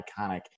iconic